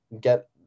get